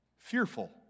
Fearful